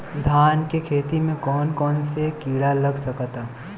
धान के खेती में कौन कौन से किड़ा लग सकता?